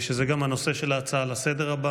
וזה גם הנושא של ההצעה לסדר-היום